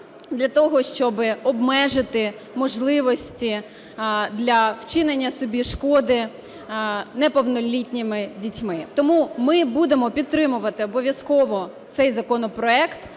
для того, щоб обмежити можливості для вчинення собі шкоди неповнолітніми дітьми. Тому ми будемо підтримувати обов'язково цей законопроект